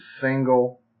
single